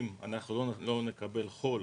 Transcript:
אם אנחנו לא נקבל חול,